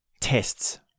tests